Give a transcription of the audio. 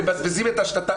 מבזבזים את השנתיים,